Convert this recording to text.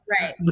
Right